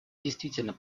действительно